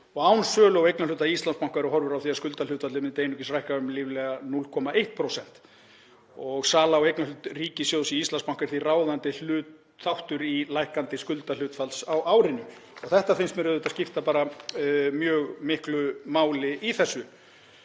Án sölu á eignarhlut í Íslandsbanka eru horfur á að skuldahlutfallið myndi einungis lækka um ríflega 0,1%. Sala á eignarhlut ríkissjóðs í Íslandsbanka er því ráðandi þáttur í lækkun skuldahlutfallsins á árinu.“ Þetta finnst mér auðvitað skipta mjög miklu máli í þessu.